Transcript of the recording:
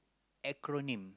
acronym